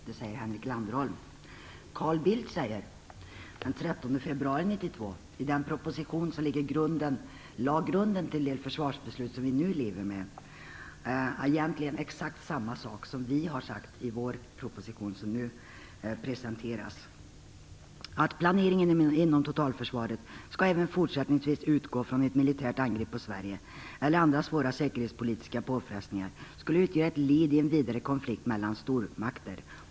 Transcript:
Carl Bildt säger den 13 februari 1992, i den proposition som lade grunden till det försvarsbeslut som vi nu lever med, egentligen exakt samma sak som vi har sagt i vår proposition som nu presenteras: Planeringen inom totalförsvaret skall även fortsättningsvis utgå från ett militärt angrepp på Sverige eller att andra svåra säkerhetspolitiska påfrestningar skulle utgöra ett led i en vidare konflikt mellan stormakter.